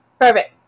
Perfect